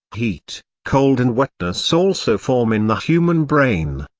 heat, cold and wetness also form in the human brain,